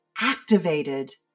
activated